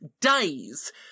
days